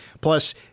Plus